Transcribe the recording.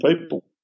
people